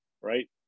Right